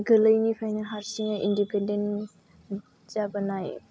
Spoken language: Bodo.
गोलैनिफ्राइनो हारसिङै इन्डेपेन्डेननि जाबोनाय